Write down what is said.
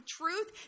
truth